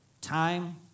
time